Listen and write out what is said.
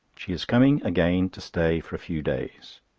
she is coming again to stay for a few days.